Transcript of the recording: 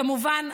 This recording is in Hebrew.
כמובן,